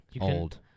old